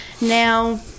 Now